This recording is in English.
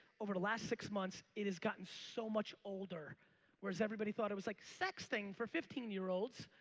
over the last six months it is gotten so much older where as everybody thought it was like sexting for fifteen year olds.